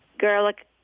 garlic,